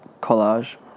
collage